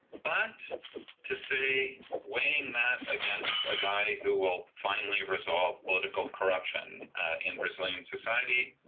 but to say weighing that against a guy who will finally resolve political corruption in brazilian society.